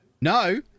No